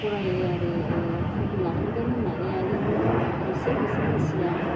फरायो आरो साख्रि लाथारगोन होन्नानै आरो खायसे खायसे मानसिया